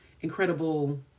incredible